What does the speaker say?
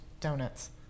donuts